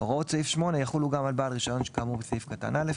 (ב) הוראות סעיף 8 יחולו גם על בעל רישיון כאמור בסעיף קטן (א),